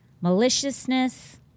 maliciousness